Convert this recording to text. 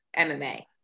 MMA